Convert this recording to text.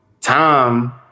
time